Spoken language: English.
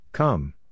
come